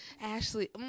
Ashley